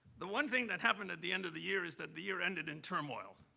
the one thing that happened at the end of the year is that the year ended in turmoil.